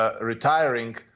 retiring